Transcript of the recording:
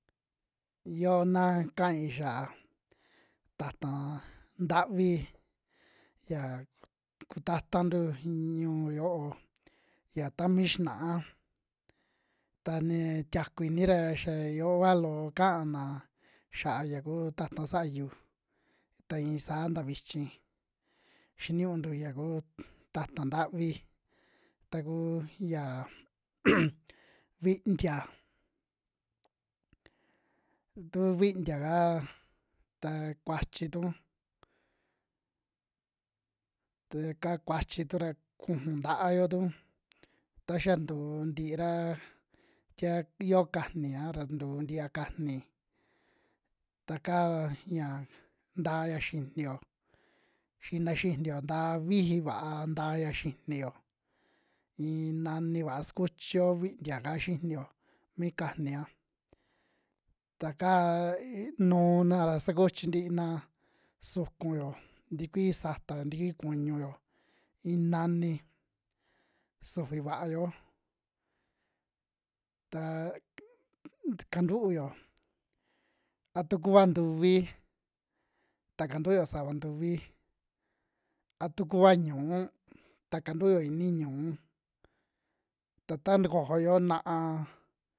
Iyo na kai xia'a ta'ta ntavi ya kuta'tantu in ñu'u yo'o ya ta mi xina'a ta ni tiaku ini ra xaya yoo va loo kana xa'a ya kuu ta'ta sayu, ta ii saa nta vichi xiniuntu ya kuut ta'ta ntavi, takuu ya vintia tu vintia'ka ta kuachitu ta kaa kuachitu ra kujun ta'ayo tu ta xa ntu ntiira tia yoo kajnia ra, ntuu ntia kajni ta ka ya ntaya xiini'io, xina xini'io nta viji vaa ntaya xini'io in nani vaa sukuchio vintia'ka xini'io mi kajnia, ta kaa ik nuuna ra sakuchi ntiina sukunyo, ntikui satao ntikui kuñu'o ii nani, sufi vaayo ta k- k- kantuuyo a tu kua ntuvi, ta kantuyo sava ntuvi a tu kua ñu'u ta kantuo inii ñu'u, ta ta takojoyo na'aa.